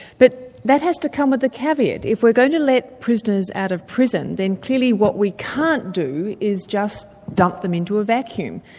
but that has to come with a caveat. if we're going to let prisoners out of prison, then clearly what we can't do is just dump them into a vacuum.